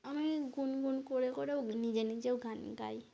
আমি গুনগুন করে করেও নিজে নিজেও গান গাই